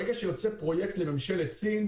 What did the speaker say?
ברגע שיוצא פרויקט לממשלת סין,